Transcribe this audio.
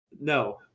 No